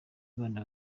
abana